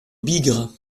bigre